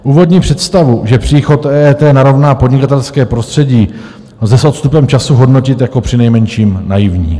Úvodní představu, že příchod EET narovná podnikatelské prostředí, lze s odstupem času hodnotit jako přinejmenším naivní.